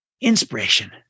inspiration